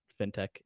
fintech